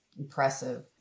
impressive